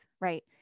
right